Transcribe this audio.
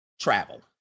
Travel